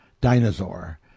dinosaur